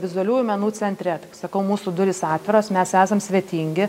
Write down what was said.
vizualiųjų menų centre sakau mūsų durys atviros mes esam svetingi